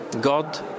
God